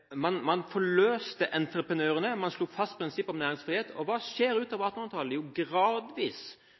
Man forløste entreprenørene. Man slo fast prinsippet om næringsfrihet. Hva skjedde i løpet av 1800-tallet? Jo, gradvis